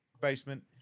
basement